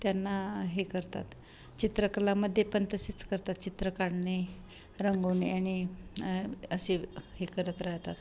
त्यांना हे करतात चित्रकलामध्ये पण तसेच करतात चित्र काढणे रंगवणे आणि असे हे करत राहतात